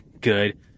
good